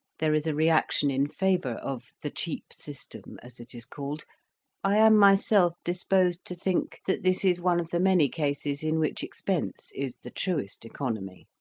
there is a reaction in favour of the cheap system, as it is called i am myself disposed to think that this is one of the many cases in which expense is the truest economy.